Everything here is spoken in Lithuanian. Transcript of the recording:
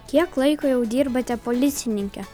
kiek laiko jau dirbate policininke